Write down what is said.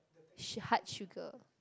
she heart sugar